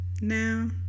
now